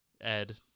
ed